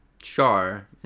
Char